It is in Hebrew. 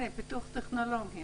ניאלץ לעבור הלאה.